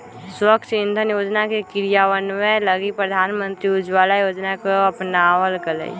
स्वच्छ इंधन योजना के क्रियान्वयन लगी प्रधानमंत्री उज्ज्वला योजना के अपनावल गैलय